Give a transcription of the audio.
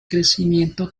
crecimiento